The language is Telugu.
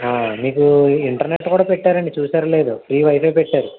మీకు ఇంటర్నెట్ కూడా పెట్టారండి చూసారో లేదో ఫ్రీ వైఫై పెట్టారు